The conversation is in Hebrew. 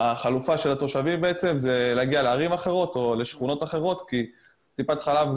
החלופה של התושבים היא להגיע לערים אחרים או לשכונות אחרות כי טיפת חלב,